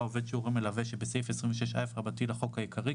"עובד שהוא הורה מלווה" שבסעיף 26א לחוק העיקרי,